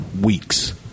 weeks